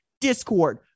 Discord